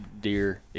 deer